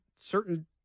certain